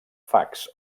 fax